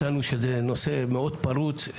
מצאנו שזה נושא מאוד פרוץ.